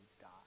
die